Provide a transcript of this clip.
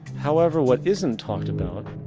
however, what isn't talked about,